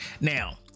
now